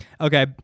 Okay